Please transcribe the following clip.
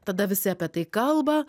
tada visi apie tai kalba